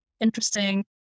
Interesting